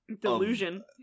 delusion